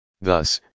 Thus